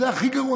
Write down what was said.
זה הכי גרוע.